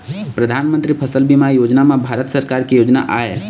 परधानमंतरी फसल बीमा योजना ह भारत सरकार के योजना आय